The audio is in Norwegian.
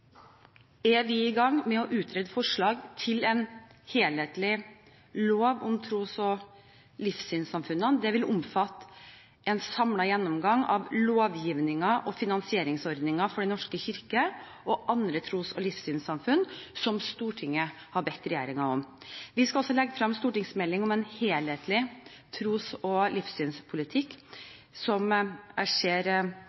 er vi i gang med å utrede forslag til en helhetlig lov om tros- og livssynssamfunn. Dette vil omfatte en samlet gjennomgang av lovgivningen og finansieringsordningen for Den norske kirke og andre tros- og livssynssamfunn, som Stortinget har bedt regjeringen om. Vi skal også legge frem en stortingsmelding om en helhetlig tros- og livssynspolitikk,